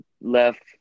left